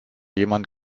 jemand